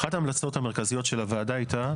אחת ההמלצות המרכזיות של הוועדה הייתה,